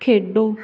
ਖੇਡੋ